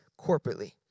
corporately